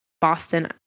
Boston